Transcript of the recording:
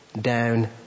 down